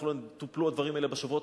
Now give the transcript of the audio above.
ויכול להיות שטופלו הדברים האלה בשבועות